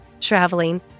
traveling